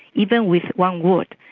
even with one word,